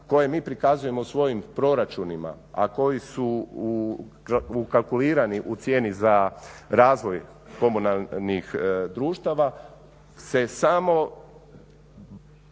koje mi prikazujemo u svojim proračunima, a koji su ukalkulirani u cijeni za razvoj komunalnih društava se samo